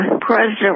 President